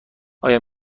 آیا